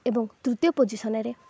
ଏବଂ ତୃତୀୟ ପୋଜିସନ୍ରେ